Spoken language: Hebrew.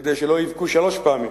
כדי שלא יבכו שלוש פעמים,